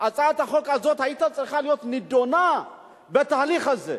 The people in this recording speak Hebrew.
הצעת החוק הזאת היתה צריכה להיות נדונה בתהליך הזה,